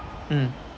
mm